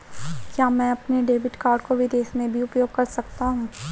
क्या मैं अपने डेबिट कार्ड को विदेश में भी उपयोग कर सकता हूं?